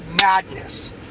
madness